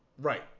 Right